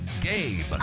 Gabe